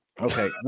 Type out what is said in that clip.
Okay